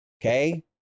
okay